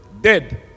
Dead